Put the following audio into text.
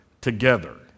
together